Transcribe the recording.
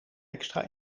extra